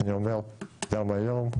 ואני אומר גם היום: